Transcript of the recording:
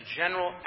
general